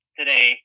today